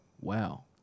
Wow